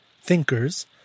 thinkers